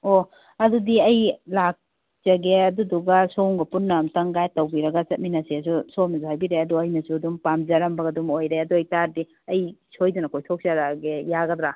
ꯑꯣ ꯑꯗꯨꯗꯤ ꯑꯩ ꯂꯥꯛꯆꯒꯦ ꯑꯗꯨꯗꯨꯒ ꯁꯣꯝꯒ ꯄꯨꯟꯅ ꯑꯝꯇꯪ ꯒꯥꯏꯗ ꯇꯧꯕꯤꯔꯒ ꯆꯠꯃꯤꯟꯅꯁꯦꯁꯨ ꯁꯣꯝꯅꯁꯨꯨ ꯍꯥꯏꯕꯤꯔꯛꯑꯦ ꯑꯗꯣ ꯑꯩꯅꯁꯨ ꯑꯗꯨꯝ ꯄꯥꯝꯖꯔꯝꯕꯒ ꯑꯗꯨꯝ ꯑꯣꯏꯔꯦ ꯑꯗꯨ ꯑꯣꯏꯕꯇꯥꯔꯗꯤ ꯑꯩ ꯁꯣꯏꯗꯅ ꯀꯣꯏꯊꯣꯛꯆꯔꯛꯑꯒꯦ ꯌꯥꯒꯗ꯭ꯔꯥ